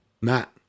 Matt